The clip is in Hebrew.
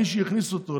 מי שהכניס אותו,